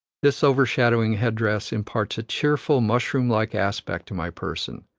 this overshadowing head-dress imparts a cheerful, mushroom-like aspect to my person,